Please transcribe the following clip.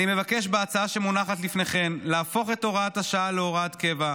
אני מבקש בהצעה שמונחת לפניכם להפוך את הוראת השעה להוראת קבע,